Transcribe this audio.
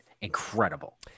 incredible